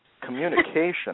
Communication